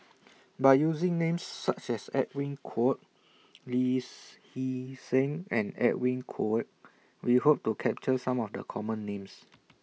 By using Names such as Edwin Koek Lee Hee Seng and Edwin Koek We Hope to capture Some of The Common Names